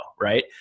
right